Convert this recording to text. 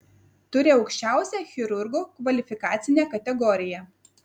turi aukščiausią chirurgo kvalifikacinę kategoriją